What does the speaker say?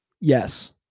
Yes